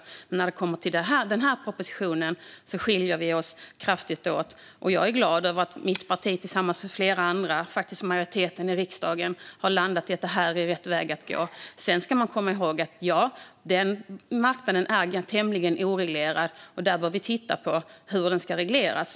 När det kommer till den här propositionen skiljer vi oss däremot kraftigt åt. Jag är glad över att mitt parti tillsammans med flera andra, en majoritet i riksdagen, har landat i att detta är rätt väg att gå. Sedan ska man komma ihåg att marknaden är tämligen oreglerad, och vi behöver titta på hur den ska regleras.